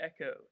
Echo